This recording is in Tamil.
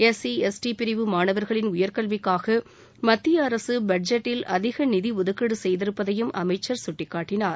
எஸ்சி எஸ்டி பிரிவு மாணவர்களின் உயர் கல்விக்காக மத்திய அரசு பட்ஜெட்டில் அதிக நிதி ஒதுக்கீடு செய்திருப்பதையும் அமைச்சர் சுட்டிக்காட்டினார்